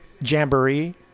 jamboree